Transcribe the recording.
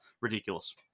ridiculous